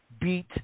beat